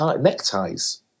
neckties